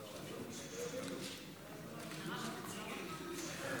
חברת הכנסת עאידה תומא סלימאן,